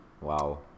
Wow